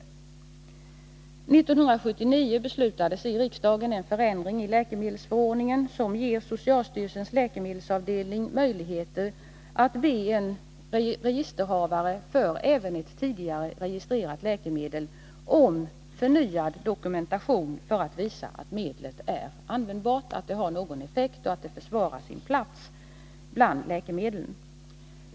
1979 beslutades i riksdagen en förändring i läkemedelsförordningen, som ger socialstyrelsens läkemedelsavdelning möjligheter att be en registerhavare av ett tidigare registrerat läkemedel om förnyad dokumentation för att visa att medlet är användbart, att det har någon effekt och att det försvarar sin plats bland läkemedlen.